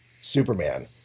Superman